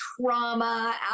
trauma